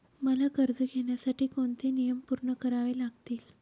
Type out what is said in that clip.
मला कर्ज घेण्यासाठी कोणते नियम पूर्ण करावे लागतील?